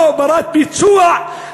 לא בת-ביצוע.